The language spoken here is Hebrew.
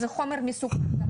זה חומר מסוכן.